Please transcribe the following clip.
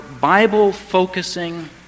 Bible-focusing